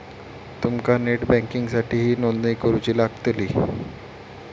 तुमका नेट बँकिंगसाठीही नोंदणी करुची लागतली